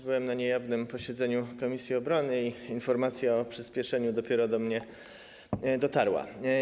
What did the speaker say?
Byłem na niejawnym posiedzeniu komisji obrony i informacja o przyśpieszeniu dopiero do mnie dotarła.